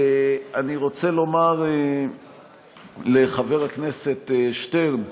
אני רוצה לומר לחבר הכנסת שטרן: